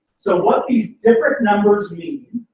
so what these different numbers mean.